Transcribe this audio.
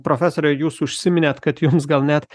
profesore jūs užsiminėt kad jums gal net